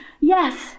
Yes